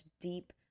deep